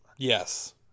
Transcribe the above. Yes